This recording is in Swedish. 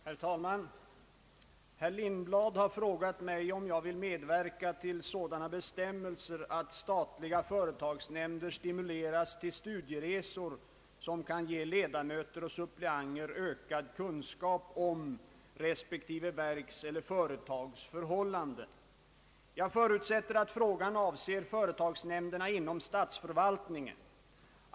Herr talman! Herr Lindblad har frågat mig om jag vill medverka till så dana bestämmelser att statliga företagsnämnder stimuleras till studieresor som kan ge ledamöter och suppleanter ökad kunskap om resp. verks eller företags förhållanden. Jag förutsätter att frågan avser företagsnämnderna inom statsförvaltningen.